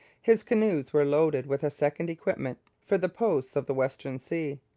his canoes were loaded with a second equipment for the posts of the western sea.